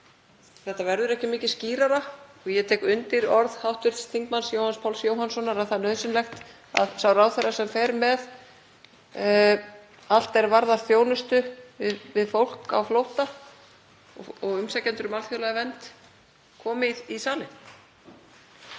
Þetta verður ekki mikið skýrara. Ég tek undir orð hv. þm. Jóhanns Páls Jóhannssonar að það er nauðsynlegt að sá ráðherra sem fer með allt er varðar þjónustu við fólk á flótta og umsækjendur um alþjóðlega vernd komi í salinn.